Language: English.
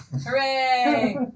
Hooray